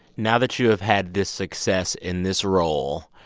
now that you have had this success in this role,